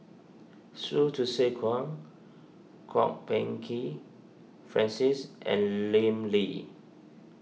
Hsu Tse Kwang Kwok Peng Kin Francis and Lim Lee